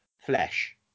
flesh